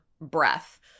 breath